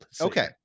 Okay